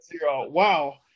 Wow